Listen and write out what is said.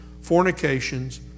fornications